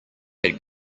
had